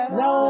no